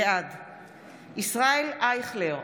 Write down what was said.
בעד ישראל אייכלר,